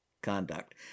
conduct